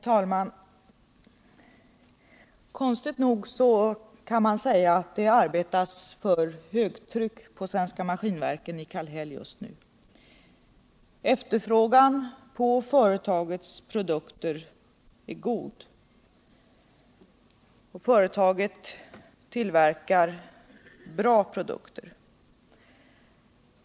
Herr talman! Konstigt nog kan man säga att det arbetas för högtryck på Svenska Maskinverken i Kallhäll just nu. Efterfrågan på företagets produkter är god. Företaget tillverkar bra produkter.